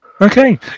Okay